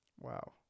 Wow